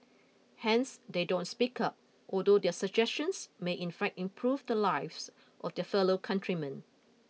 hence they don't speak up although their suggestions may in fact improve the lives of their fellow countrymen